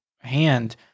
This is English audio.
hand